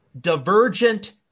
divergent